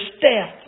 death